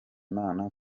imana